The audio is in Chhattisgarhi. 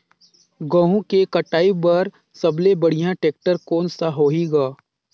गहूं के कटाई पर सबले बढ़िया टेक्टर कोन सा होही ग?